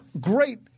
great